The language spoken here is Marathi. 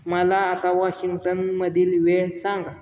मला आता वॉशिंग्टनमधील वेळ सांगा